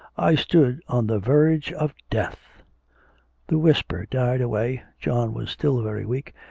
i stood on the verge of death the whisper died away. john was still very weak,